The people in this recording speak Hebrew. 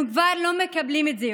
אנחנו כבר לא מקבלים את זה.